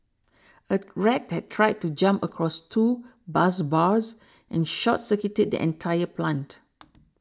a rat had tried to jump across two bus bars and short circuited the entire plant